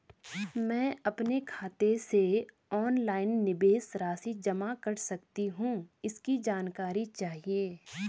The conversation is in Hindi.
मैं अपने खाते से ऑनलाइन निवेश राशि जमा कर सकती हूँ इसकी जानकारी चाहिए?